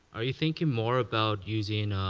are you thinking more about using,